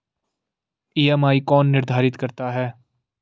EMI कौन निर्धारित करता है?